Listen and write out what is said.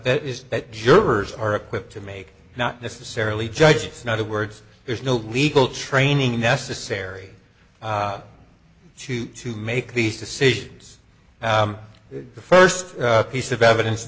that is that jurors are equipped to make not necessarily judges not of words there's no legal training necessary to to make these decisions the first piece of evidence